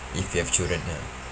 if you have children ya